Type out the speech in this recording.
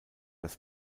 das